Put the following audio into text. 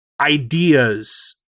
ideas